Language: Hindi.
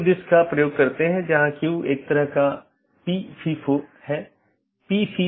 और फिर दूसरा एक जीवित है जो यह कहता है कि सहकर्मी उपलब्ध हैं या नहीं यह निर्धारित करने के लिए कि क्या हमारे पास वे सब चीजें हैं